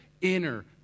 inner